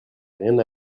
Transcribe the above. rien